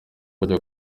bajya